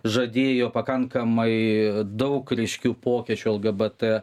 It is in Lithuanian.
žadėjo pakankamai daug ryškių pokyčių lgbt